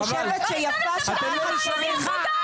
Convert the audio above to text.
ב-1 בספטמבר לא תהיה לי עבודה.